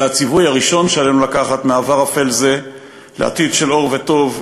זה הציווי הראשון שעלינו לקחת מעבר אפל זה לעתיד של אור וטוב,